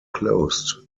closed